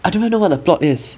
I don't even know what the plot is